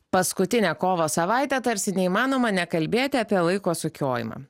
paskutinę kovo savaitę tarsi neįmanoma nekalbėti apie laiko sukiojimą